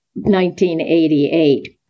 1988